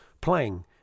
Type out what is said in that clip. playing